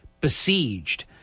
besieged